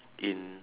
in